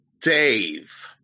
Dave